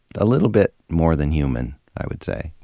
a little bit more than human i would say.